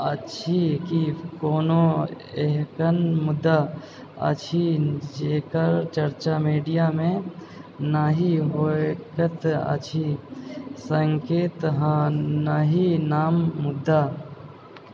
अछि कि कोनो एहन मुद्दा अछि जकर चर्चा मीडियामे नहि होयत अछि सङ्केत नाही ना मुद्दा